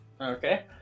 Okay